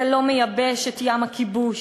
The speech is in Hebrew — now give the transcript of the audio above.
זה לא מייבש את ים הכיבוש.